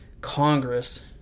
Congress